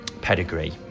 pedigree